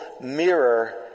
mirror